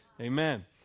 Amen